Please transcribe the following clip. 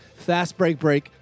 FASTBREAKBREAK